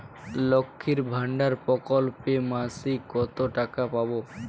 লক্ষ্মীর ভান্ডার প্রকল্পে মাসিক কত টাকা পাব?